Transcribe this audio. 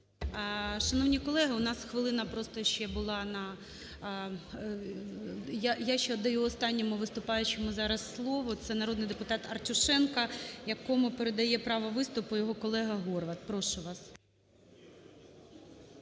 Шановні колеги, у нас хвилина просто ще була на… Я даю останньому виступаючому зараз слово, це народний депутат Артюшенко, якому передає право виступу його колега Горват. Прошу вас.